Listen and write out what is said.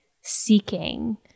seeking